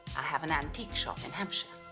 i have an antique shop in hampshire.